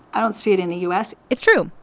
i don't see it in the u s it's true.